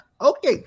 Okay